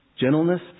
Gentleness